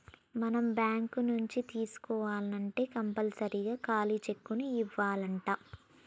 మనం బాంకు నుంచి తీసుకోవాల్నంటే కంపల్సరీగా ఖాలీ సెక్కును ఇవ్యానంటా